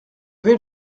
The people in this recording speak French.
vais